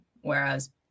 whereas